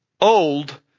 old